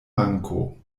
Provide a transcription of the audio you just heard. manko